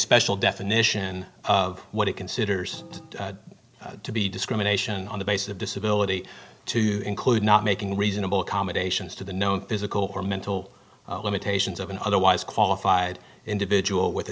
special definition of what it considers to be discrimination on the basis of disability to include not making reasonable accommodations to the known physical or mental limitations of an otherwise qualified individual with a